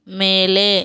மேலே